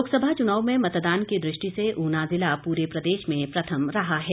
लोकसभा चुनाव में मतदान की दृष्टि से ऊना ज़िला पूरे प्रदेश में प्रथम रहा है